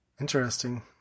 interesting